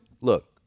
look